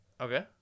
Okay